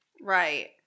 Right